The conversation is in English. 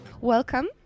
Welcome